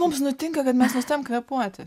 mums nutinka kad mes nustojam kvėpuoti